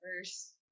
first